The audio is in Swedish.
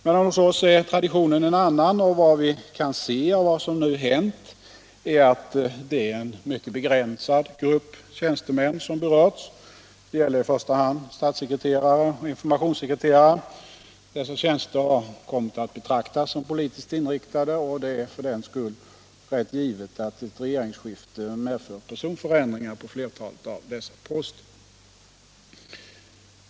Men hos oss är traditionen en annan, och vad vi kan se av vad som nu hänt är att det är en mycket begränsad grupp tjänstemän som berörts. Det gäller i första hand statssekreterare och informationssekreterare. Dessa tjänster har kommit att betraktas som politiskt inriktade, och det är för den skull rätt givet att ett regeringsskifte medför personförändringar på flertalet av dessa poster.